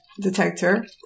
detector